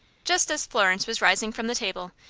just as florence was rising from the table,